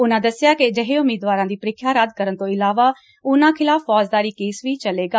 ਉਨੂਾ ਦੱਸਿਆ ਕਿ ਅਜਿਹੇ ਉਮੀਦਵਾਰਾਂ ਦੀ ਪ੍ਰੀਖਿਆ ਰੱਦ ਕਰਨ ਤੋਂ ਇਲਾਵਾ ਉਨਾਂ ਖਿਲਾਫ ਫੌਜਦਾਰੀ ਕੇਸ ਵੀ ਚੱਲੇਗਾ